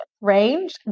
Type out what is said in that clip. range